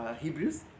Hebrews